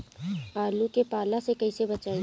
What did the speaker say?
आलु के पाला से कईसे बचाईब?